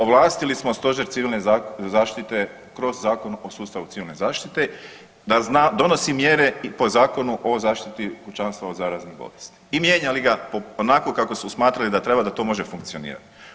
Ovlastili smo stožer civilne zaštite kroz Zakon o sustavu civilne zaštite da zna, donosi mjere i po Zakonu o zaštiti pučanstva od zaraznih bolesti i mijenjali ga onako kako smo smatrali da treba da to može funkcionirati.